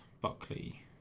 Buckley